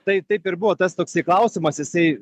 tai taip ir buvo tas toksai klausimas jisai